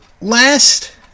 last